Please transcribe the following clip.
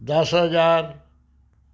ਦਸ ਹਜ਼ਾਰ